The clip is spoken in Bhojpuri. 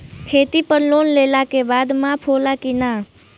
खेती पर लोन लेला के बाद माफ़ होला की ना?